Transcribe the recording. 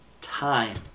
time